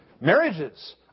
Marriages